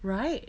right